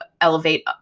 elevate